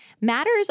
Matters